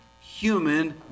human